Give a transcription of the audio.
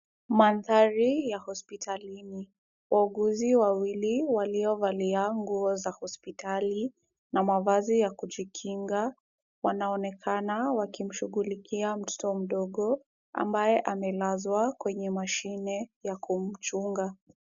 Mandhari ya hospitalini. Wauguzi wawili waliovalia nguo za hospitali na mavazi ya kujikinga, wanaonekana wakimshughulikia mtoto mdogo, ambaye amelazwa kwenye mashine ya kumchunga.